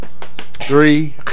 Three